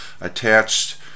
attached